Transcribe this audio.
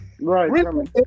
right